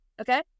okay